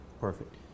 Perfect